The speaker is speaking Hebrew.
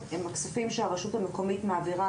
ההקצבות; אלה הם הכספים שהרשות המקומית מעבירה,